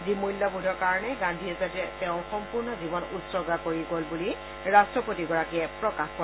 যি মূল্যবোধৰ কাৰণে গান্ধীজীয়ে তেওঁৰ সম্পূৰ্ণ জীৱন উৎসৰ্গা কৰি গল বুলি ৰাষ্ট্ৰপতিগৰাকীয়ে প্ৰকাশ কৰে